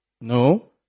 No